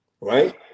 right